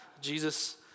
jesus